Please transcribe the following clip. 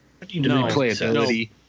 replayability